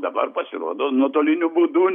dabar pasirodo nuotoliniu būdu